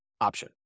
option